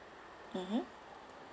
mmhmm